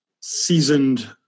seasoned